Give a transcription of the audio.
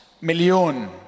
million